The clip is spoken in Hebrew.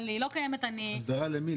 אבל היא לא קיימת --- הסדרה למי,